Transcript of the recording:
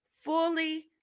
Fully